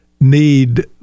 need